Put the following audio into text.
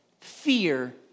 fear